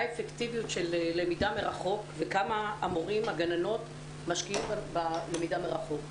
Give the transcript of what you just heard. האפקטיביות של למידה מרחוק וכמה המורים והגננות משקיעים בלמידה מרחוק.